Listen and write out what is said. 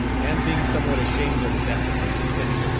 and being somewhat ashamed of his african descent,